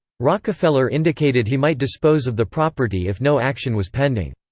rockefeller indicated he might dispose of the property if no action was pending.